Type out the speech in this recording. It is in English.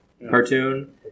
cartoon